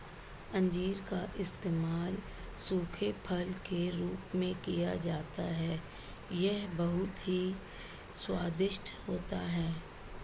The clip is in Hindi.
अंजीर का इस्तेमाल सूखे फल के रूप में किया जाता है यह बहुत ही स्वादिष्ट होता है